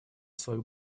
свою